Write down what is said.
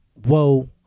whoa